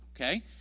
okay